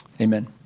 Amen